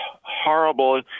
horrible